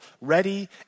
ready